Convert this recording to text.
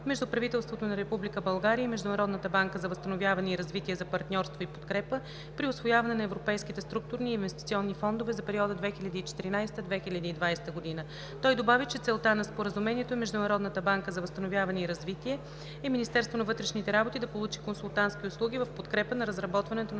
между правителството на Република България и Международната банка за възстановяване и развитие за партньорство и подкрепа при усвояване на европейските структурни и инвестиционни фондове за периода 2014 – 2020 г. Той добави, че целта на Споразумението е Международната банка за възстановяване и развитие и Министерството на вътрешните работи да получи консултантски услуги в подкрепа на разработването